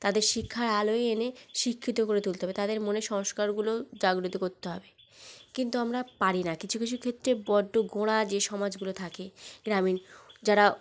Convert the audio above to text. তাদের শিক্ষার আলোয় এনে শিক্ষিত করে তুলতে হবে তাদের মনের সংস্কারগুলো জাগ্রত করতে হবে কিন্তু আমরা পারি না কিছু কিছু ক্ষেত্রে বড্ড গোঁড়া যে সমাজগুলো থাকে গ্রামীণ যারা